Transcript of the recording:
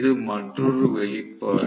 இது மற்றொரு வெளிப்பாடு